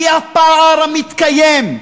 כי הפער המתקיים,